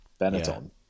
Benetton